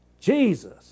Jesus